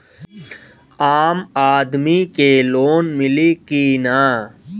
आम आदमी के लोन मिली कि ना?